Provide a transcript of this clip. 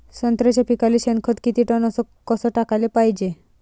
संत्र्याच्या पिकाले शेनखत किती टन अस कस टाकाले पायजे?